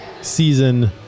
season